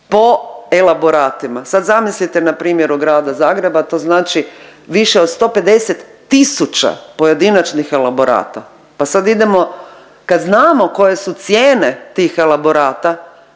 po elaboratima. Sad zamislite npr. od Grada Zagreba to znači više od 150 tisuća pojedinačnih elaborata, pa sad idemo kad znamo koje su cijene tih elaborata